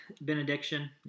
benediction